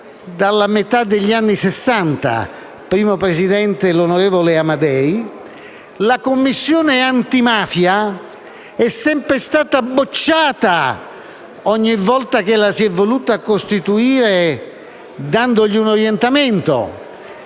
dalla metà degli anni Sessanta (primo presidente l'onorevole Amadei), la Commissione antimafia è sempre stata bocciata ogni volta che la si è voluta costituire dandole un orientamento,